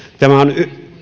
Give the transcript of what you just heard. tämä on